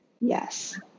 Yes